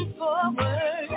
forward